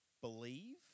believe